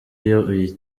iyo